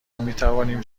میتوانیم